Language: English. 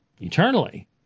eternally